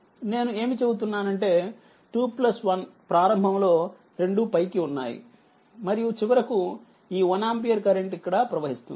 నేను ఏమి చెబుతున్నానంటే 21 ప్రారంభంలోరెండుపైకి ఉన్నాయి మరియు చివరకు ఈ1 ఆంపియర్ కరెంట్ ఇక్కడ ప్రవహిస్తుంది